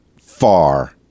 far